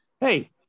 Hey